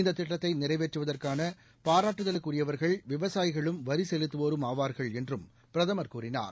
இந்த திட்டத்தை நிறைவேற்றுவதற்கான பாராட்டுதலுக்கு உரியவர்கள் விவசாயிகளும் வரி செலுத்துவோரும் ஆவார்கள் என்றும் பிரதமர் கூறினார்